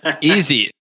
Easy